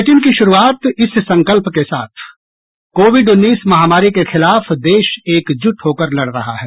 bulletin की शुरूआत इस संकल्प के साथ कोविड उन्नीस महामारी के खिलाफ देश एकजुट होकर लड़ रहा है